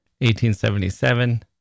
1877